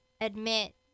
admit